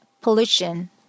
pollution